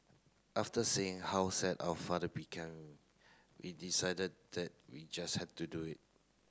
after seeing how sad our father become we decided that we just had to do it